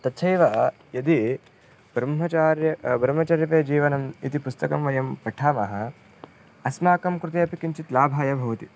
तथैव यदि ब्रह्मचर्या ब्रह्मचर्यायां जीवनम् इति पुस्तकं वयं पठामः अस्माकं कृते अपि किञ्चित् लाभाय भवति